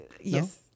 Yes